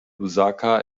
lusaka